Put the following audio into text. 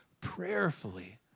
prayerfully